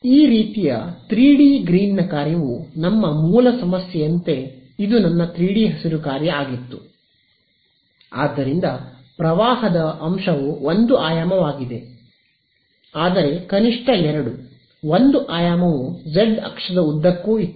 ಈ ರೀತಿಯ 3D ಗ್ರೀನ್ನ ಕಾರ್ಯವು ನಮ್ಮ ಮೂಲ ಸಮಸ್ಯೆಯಂತೆ ಇದು ನನ್ನ 3D ಹಸಿರು ಕಾರ್ಯ ಆಗಿತ್ತು ಆದ್ದರಿಂದ ಪ್ರವಾಹದ ಅಂಶವು ಒಂದು ಆಯಾಮವಾಗಿದೆ ಆದರೆ ಕನಿಷ್ಠ ಎರಡು ಒಂದು ಆಯಾಮವು ಜೆಡ್ ಅಕ್ಷದ ಉದ್ದಕ್ಕೂ ಇತ್ತು